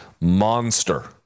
monster